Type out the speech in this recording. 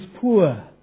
poor